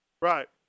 Right